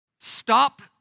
Stop